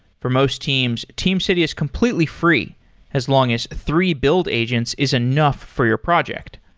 for most teams, teamcity is completely free as long as three build agents is enough for your project.